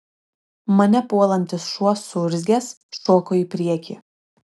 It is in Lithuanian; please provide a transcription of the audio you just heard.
mane puolantis šuo suurzgęs šoko į priekį